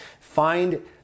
find